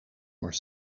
more